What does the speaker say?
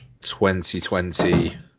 2020